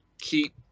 keep